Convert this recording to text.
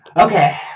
Okay